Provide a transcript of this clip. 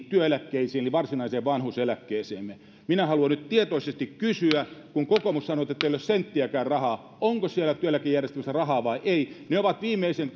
työeläkkeisiin eli varsinaiseen vanhuseläkkeeseemme minä haluan nyt tietoisesti kysyä kun kokoomus sanoo ettei ole senttiäkään rahaa onko siellä työeläkejärjestelmässä rahaa vai ei ne ovat viimeisen